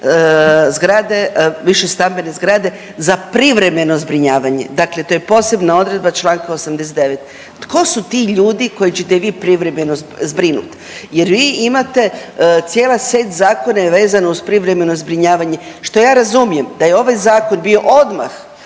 višestambene zgrade za privremeno zbrinjavanje, dakle to je posebna odredba Članka 89. Tko su ti ljudi koje ćete vi privremeno zbrinut jer vi imate cijela set zakone vezano uz privremeno zbrinjavanje. Što ja razumijem da je ovaj zakon bio odmah